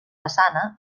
façana